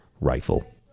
rifle